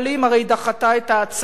הרי דחתה את ההצעה